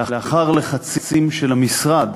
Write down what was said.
לאחר לחצים של המשרד,